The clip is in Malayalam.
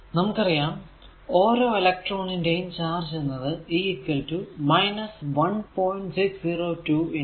നമുക്കറിയാം ഓരോ എലെക്ട്രോണിന്റെയും ചാർജ് എന്നത് e 1